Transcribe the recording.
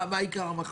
מה עיקר המחלוקת?